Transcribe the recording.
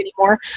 anymore